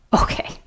Okay